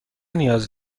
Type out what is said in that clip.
نیاز